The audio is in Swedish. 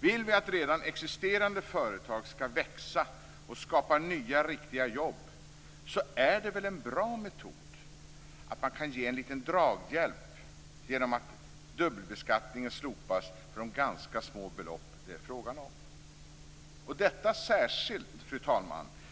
Vill vi att redan existerande företag skall växa och skapa nya, riktiga jobb är det väl en bra metod att man kan ge en liten draghjälp genom att dubbelbeskattningen slopas på de ganska små belopp det är fråga om - detta särskilt